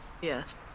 Yes